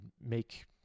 make